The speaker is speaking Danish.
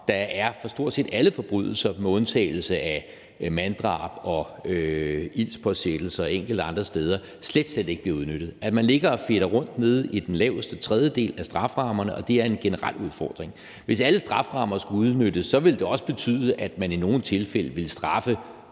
for stort set alle forbrydelser, med undtagelse af manddrab, ildspåsættelse og enkelte andre steder, slet, slet ikke bliver udnyttet, og at man ligger og fedter rundt nede i den laveste tredjedel af strafferammerne. Og det er en generel udfordring. Hvis alle strafferammer skulle udnyttes, ville det også betyde, at man i nogle tilfælde ville straffe